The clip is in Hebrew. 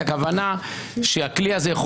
הכוונה שהכלי הזה,